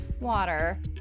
water